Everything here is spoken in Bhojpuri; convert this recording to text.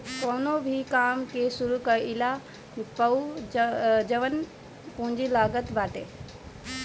कवनो भो काम के शुरू कईला पअ जवन पूंजी लागत बाटे